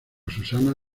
susana